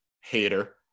hater